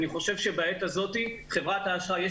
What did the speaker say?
אני חושב שבעת הזאת חברת האשראי,